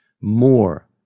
more